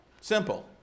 Simple